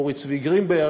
אורי צבי גרינברג,